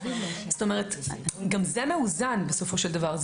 זאת אומרת, גם זה מאוזן בסופו של דבר.